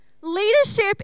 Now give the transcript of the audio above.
Leadership